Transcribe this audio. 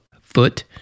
foot